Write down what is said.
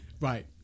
Right